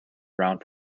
around